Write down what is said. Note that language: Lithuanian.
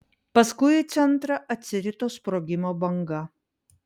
paskui į centrą atsirito sprogimo banga